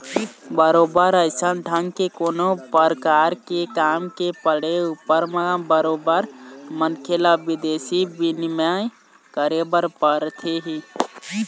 बरोबर अइसन ढंग के कोनो परकार के काम के पड़े ऊपर म बरोबर मनखे ल बिदेशी बिनिमय करे बर परथे ही